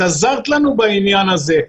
את עזרת לנו בעניין הזה,